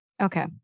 Okay